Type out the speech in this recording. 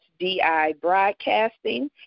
dibroadcasting